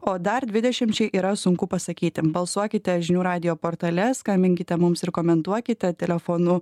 o dar dvidešimčiai yra sunku pasakyti balsuokite žinių radijo portale skambinkite mums ir komentuokite telefonu